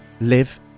live